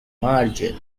margin